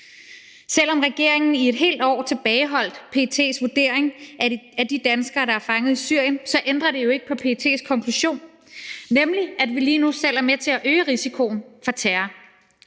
Selv om regeringen i et helt år tilbageholdt PET's vurdering af de danskere, der er fanget i Syrien, ændrer det jo ikke på PET's konklusion, nemlig at vi lige nu selv er med til at øge risikoen for terror.